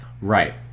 Right